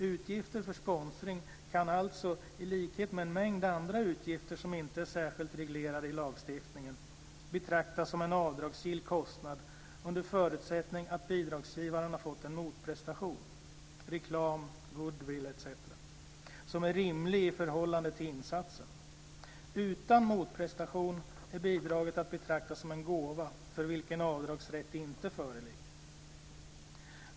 Utgifter för sponsring kan alltså, i likhet med en mängd andra utgifter som inte är särskilt reglerade i lagstiftningen, betraktas som en avdragsgill kostnad under förutsättning att bidragsgivaren har fått en motprestation - reklam, goodwill etc. - som är rimlig i förhållande till insatsen. Utan motprestation är bidraget att betrakta som en gåva för vilken avdragsrätt inte föreligger.